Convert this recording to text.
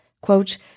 Quote